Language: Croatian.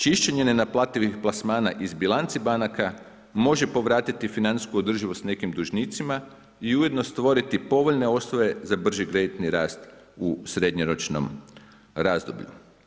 Čišćenje nenaplativih plasmana iz bilanci banaka može povratiti financijsku održivost nekim dužnicima i ujedno stvoriti povoljne osnove za brži kreditni rast u srednjoročnom razdoblju.